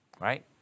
Right